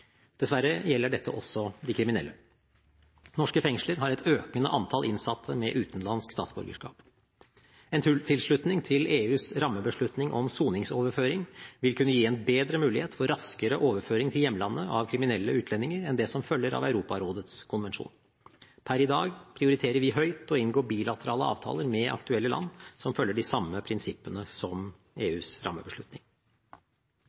Dessverre gjelder dette også de kriminelle. Norske fengsler har et økende antall innsatte med utenlandsk statsborgerskap. En tilslutning til EUs rammebeslutning om soningsoverføring vil kunne gi en bedre mulighet for raskere overføring av kriminelle utlendinger til hjemlandet enn det som følger av Europarådets konvensjon. Per i dag prioriterer vi høyt å inngå bilaterale avtaler med aktuelle land som følger de samme prinsippene som